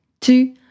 two